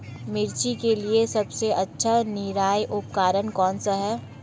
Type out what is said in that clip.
मिर्च के लिए सबसे अच्छा निराई उपकरण कौनसा है?